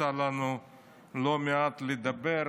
יצא לנו לא מעט לדבר,